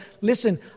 Listen